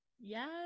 Yes